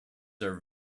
are